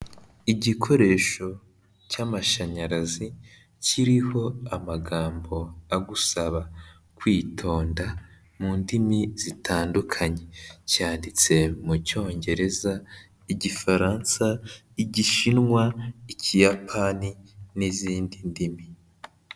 Igikoresho cy'amashanyarazi, kiriho amagambo agusaba kwitonda mu ndimi zitandukanye, cyanditse mu cyongereza, igifaransa, igishinwa, ikiyapani n'izindi ndimi.